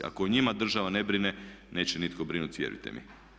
Ako o njima država ne brine neće nitko brinuti vjerujte mi.